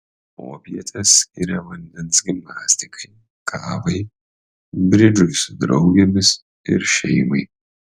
popietes skiria vandens gimnastikai kavai bridžui su draugėmis ir šeimai